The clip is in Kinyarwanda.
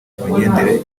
imigendekere